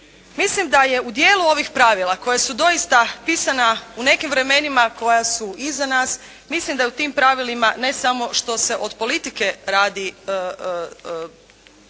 Mislim da je u dijelu ovih pravila koja su doista pisana u nekim vremenima koja su iza nas. Mislim da u tim pravilima ne samo što se od politike radi,